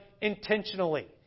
intentionally